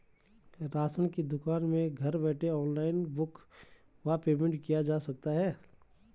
Ration की दुकान में घर बैठे ऑनलाइन बुक व पेमेंट किया जा सकता है?